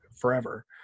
forever